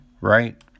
Right